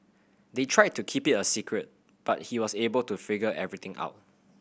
they tried to keep it a secret but he was able to figure everything out